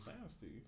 nasty